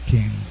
King